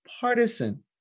partisan